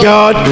God